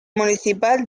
municipal